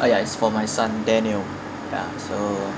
ah ya it's for my son daniel ya so